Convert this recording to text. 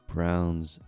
Browns